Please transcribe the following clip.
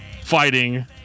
fighting